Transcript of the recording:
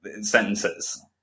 sentences